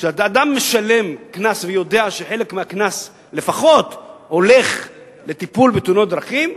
כשאדם משלם קנס ויודע שחלק מהקנס לפחות הולך לטיפול בתאונות דרכים,